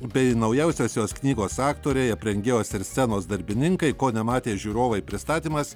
bei naujausios jos knygos aktoriai aprengėjos ir scenos darbininkai ko nematė žiūrovai pristatymas